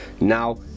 Now